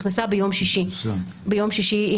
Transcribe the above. ביום שישי,